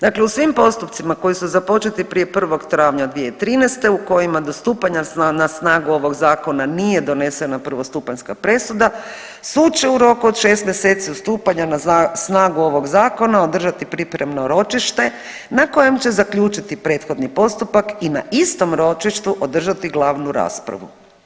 Dakle, u svim postupcima koji su započeti prije 1. travnja 2013. u kojima do stupanja na snagu ovog zakona nije donesena prvostupanjska presuda sud će u roku od šest mjeseci od stupanja na snagu ovog zakona održati pripremno ročište na kojem će zaključiti prethodni postupak i na istom ročištu održati glavnu raspravu.